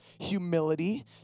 humility